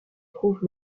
trouve